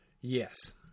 yes